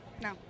No